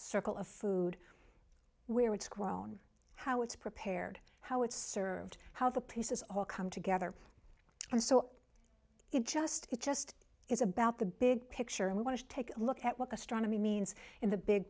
circle of food where it's grown how it's prepared how it's served how the pieces all come together and so it just it just is about the big picture and i want to take a look at what astronomy means in the big